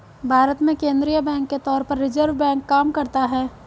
भारत में केंद्रीय बैंक के तौर पर रिज़र्व बैंक काम करता है